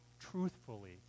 truthfully